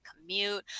commute